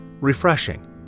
Refreshing